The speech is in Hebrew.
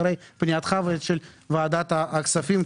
אחרי פנייתך ושל ועדת הכספים.